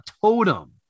Totem